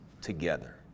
together